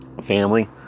family